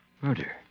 murder